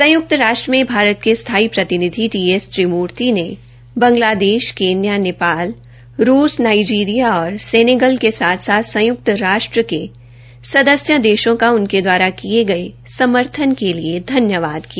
संयुक्त राष्ट्र में भारत के स्थायी प्रतिनिधि टी एस त्रिमूर्ति ने बंगलादेश केन्या नेपाल रूस नाईजीरिया और सेनेगाल के साथ साथ संयुक्त राष्ट्र के सदस्यों देशों का उनके दवारा दिये गये समर्थन के लिए धन्यवाद किया